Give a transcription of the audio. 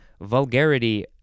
vulgarity